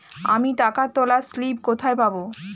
আমি টাকা তোলার স্লিপ কোথায় পাবো?